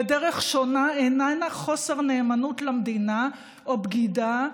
ודרך שונה איננה חוסר נאמנות למדינה או בגידה,